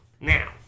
now